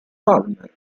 palmer